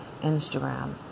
Instagram